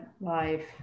life